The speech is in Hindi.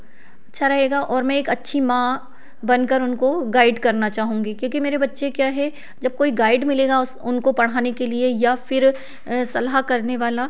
अच्छा रहेगा और मैं एक अच्छी माँ बनकर उनको गाइड करना चाहूँगी क्योंकि मेरे बच्चे क्या है जब कोई गाइड मिलेगा उसे उनको पढ़ने के लिए या फिर सलाह करने वाला तो देने वाला